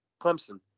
Clemson